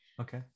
okay